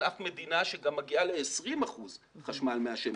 אין היום אף מדינה שמגיעה ל-20 אחוזים חשמל מהשמש,